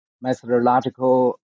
methodological